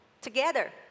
together